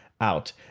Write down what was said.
out